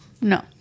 No